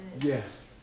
Yes